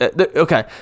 Okay